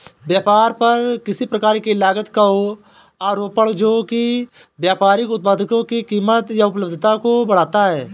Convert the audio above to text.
व्यापार पर किसी प्रकार की लागत का आरोपण जो कि व्यापारिक उत्पादों की कीमत या उपलब्धता को बढ़ाता है